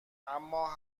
اما